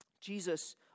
Jesus